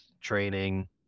training